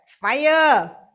fire